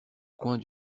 coin